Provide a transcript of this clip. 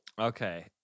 Okay